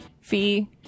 fee